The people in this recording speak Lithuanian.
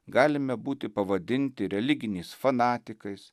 galime būti pavadinti religiniais fanatikais